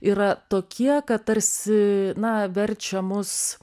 yra tokie kad tarsi na verčia mus